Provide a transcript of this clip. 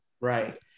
Right